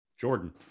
Jordan